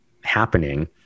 happening